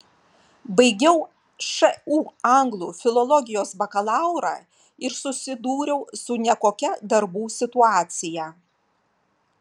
baigiau šu anglų filologijos bakalaurą ir susidūriau su nekokia darbų situacija